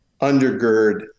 undergird